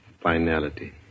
Finality